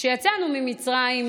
כשיצאנו ממצרים,